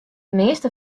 measte